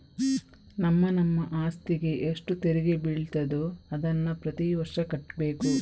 ನಮ್ಮ ನಮ್ಮ ಅಸ್ತಿಗೆ ಎಷ್ಟು ತೆರಿಗೆ ಬೀಳ್ತದೋ ಅದನ್ನ ಪ್ರತೀ ವರ್ಷ ಕಟ್ಬೇಕು